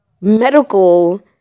medical